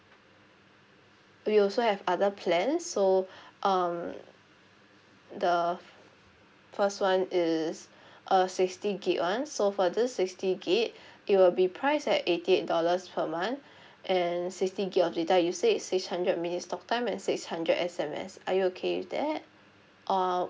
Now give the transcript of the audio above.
we also have other plans so um the first one is a sixty gig [one] so for this sixty gig it will be priced at eighty eight dollars per month and sixty gig of data usage six hundred minutes talktime and six hundred S_M_S are you okay with that or